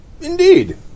Indeed